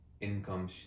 income